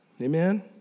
Amen